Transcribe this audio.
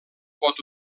pot